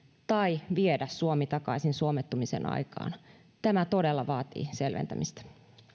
tai viedä suomi takaisin suomettumisen aikaan tämä todella vaatii selventämistä